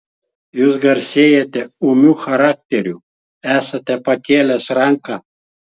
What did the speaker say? jūs garsėjate ūmiu charakteriu esate pakėlęs ranką